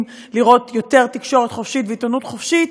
לראות יותר תקשורת חופשית ועיתונות חופשית,